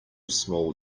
small